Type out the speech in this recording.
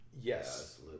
Yes